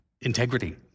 integrity